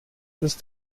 ist